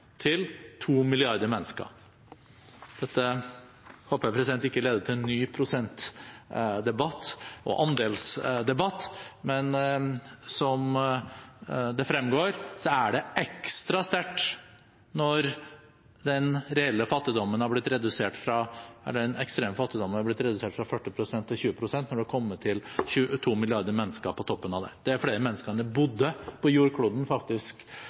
til to milliarder mennesker. Dette håper jeg ikke leder til en ny prosentdebatt og andelsdebatt, men som det fremgår, er det ekstra sterkt når den ekstreme fattigdommen har blitt redusert fra 40 pst. til 20 pst., og det har kommet til to milliarder mennesker på toppen. Det er flere mennesker enn det faktisk bodde på jordkloden